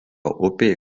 upė